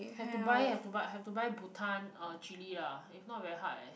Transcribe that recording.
have to buy have to buy have to buy bhutan uh chilli ah if not very hard eh